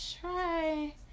try